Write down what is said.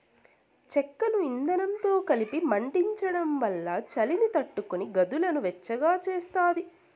చెక్కను ఇందనంతో కలిపి మండించడం వల్ల చలిని తట్టుకొని గదులను వెచ్చగా చేస్తాది